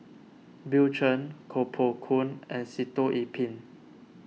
Bill Chen Koh Poh Koon and Sitoh Yih Pin